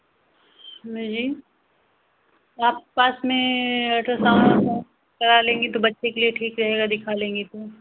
में ही आपके पास में अल्ट्रासाउन्ड है करा लेंगी तो बच्चे के लिए ठीक रहेगा दिखा लेंगी तो